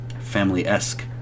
family-esque